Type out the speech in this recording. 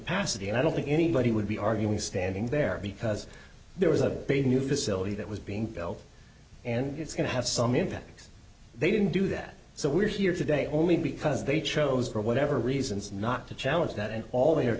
and i don't think anybody would be arguing standing there because there was a new facility that was being built and it's going to have some impacts they didn't do that so we're here today only because they chose for whatever reasons not to challenge that and all they